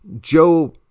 Joe